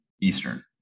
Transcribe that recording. Eastern